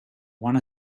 want